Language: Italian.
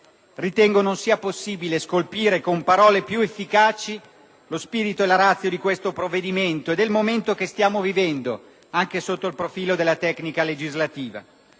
Ritengo non sia possibile scolpire con parole più efficaci lo spirito e la *ratio* di questo provvedimento e del momento che stiamo vivendo, anche sotto il profilo della tecnica legislativa.